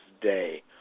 day